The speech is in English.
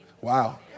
Wow